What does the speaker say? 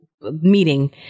meeting